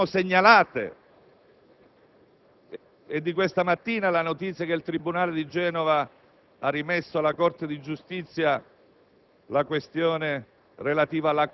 che permangono. È di questa mattina la notizia che il tribunale di Genova ha rimesso alla Corte di giustizia